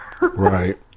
Right